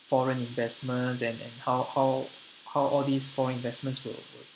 foreign investments and and how how how all these foreign investments will